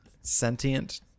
sentient